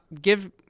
give